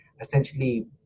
essentially